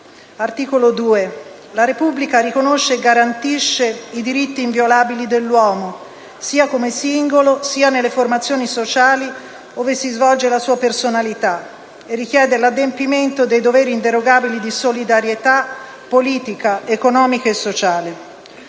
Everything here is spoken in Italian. Articolo 2: «La Repubblica riconosce e garantisce i diritti inviolabili dell'uomo, sia come singolo, sia nelle formazioni sociali ove si svolge la sua personalità, e richiede l'adempimento dei doveri inderogabili di solidarietà politica, economica e sociale».